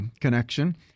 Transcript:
connection